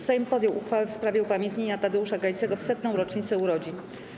Sejm podjął uchwałę w sprawie upamiętnienia Tadeusza Gajcego w 100. rocznicę urodzin.